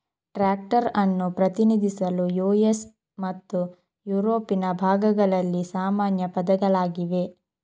tractor ಅನ್ನು ಪ್ರತಿನಿಧಿಸಲು US ಮತ್ತು ಯುರೋಪಿನ ಭಾಗಗಳಲ್ಲಿ ಸಾಮಾನ್ಯ ಪದಗಳಾಗಿವೆ